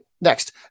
Next